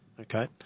okay